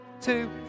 two